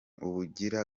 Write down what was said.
ubugira